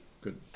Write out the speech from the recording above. good